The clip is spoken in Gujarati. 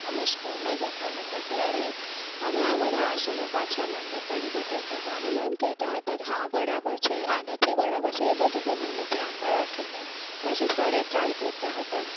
અમે સ્કૂલમાં જતાં હતા ત્યારે અમે આ બધા આસનો પાછા મેમને કરી બતાવતા હતા અને મેમ કહેતાં હતાં કે હા બરાબર છે આ નથી બરાબર છે એ બધું પણ અમે ધ્યાનમાં રાખીને પછી ફરી ટ્રાય કરતા હતા